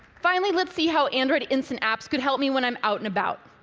finally, let's see how android instant apps can help me when i'm out and about.